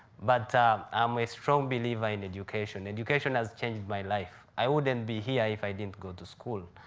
but i'm a strong believer in education. education has changed my life. i wouldn't be here if i didn't go to school.